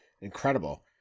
Incredible